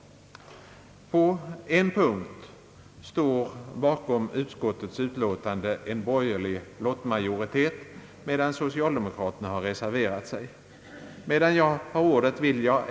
På en punkt står bakom utskottsutlåtandet en borgerlig lottmajoritet, medan socialdemokraterna har reserverat sig.